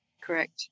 correct